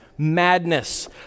madness